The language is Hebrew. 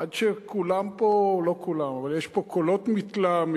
עד שכולם פה, לא כולם, אבל יש פה קולות מתלהמים,